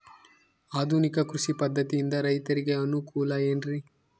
ಆಧುನಿಕ ಕೃಷಿ ಪದ್ಧತಿಯಿಂದ ರೈತರಿಗೆ ಅನುಕೂಲ ಏನ್ರಿ?